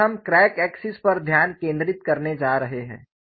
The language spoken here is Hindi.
और हम क्रैक एक्सिस पर ध्यान केंद्रित करने जा रहे हैं